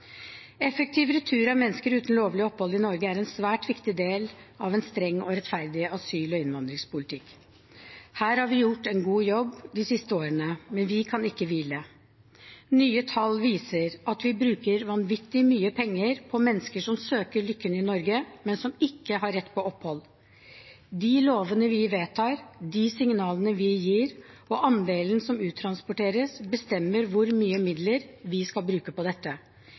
Effektiv retur av mennesker uten lovlig opphold i Norge er en svært viktig del av en streng og rettferdig asyl- og innvandringspolitikk. Her har vi gjort en god jobb de siste årene, men vi kan ikke hvile. Nye tall viser at vi bruker vanvittig mye penger på mennesker som søker lykken i Norge, men som ikke har rett til opphold. De lovene vi vedtar, de signalene vi gir, og andelen som uttransporteres, bestemmer hvor mye midler vi skal bruke på dette